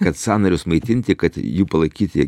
kad sąnarius maitinti kad jų palaikyti